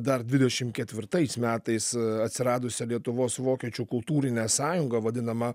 dar dvidešimt ketvirtais metais atsiradusią lietuvos vokiečių kultūrinę sąjungą vadinamą